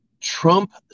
Trump